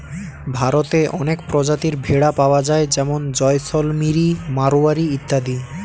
ভারতে অনেক প্রজাতির ভেড়া পাওয়া যায় যেমন জয়সলমিরি, মারোয়ারি ইত্যাদি